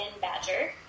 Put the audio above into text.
Badger